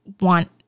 want